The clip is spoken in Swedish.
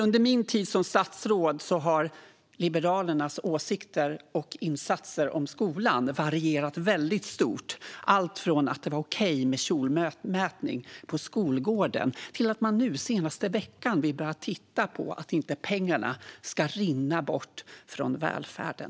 Under min tid som statsråd har Liberalernas åsikter om och insatser för skolan varierat väldigt stort, alltifrån att det var okej med kjolmätning på skolgården till att man nu, senaste veckan, vill börja titta på att inte pengarna ska rinna bort från välfärden.